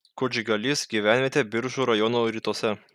kučgalys gyvenvietė biržų rajono rytuose